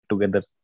together